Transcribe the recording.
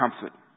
comfort